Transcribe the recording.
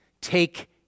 take